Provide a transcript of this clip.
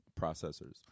processors